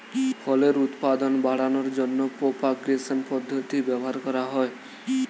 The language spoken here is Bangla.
ফলের উৎপাদন বাড়ানোর জন্য প্রোপাগেশন পদ্ধতি ব্যবহার করা হয়